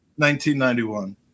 1991